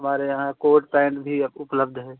हमारे यहाँ coat pant भी आपको उपलब्ध हैं